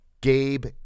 Gabe